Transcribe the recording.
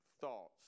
thoughts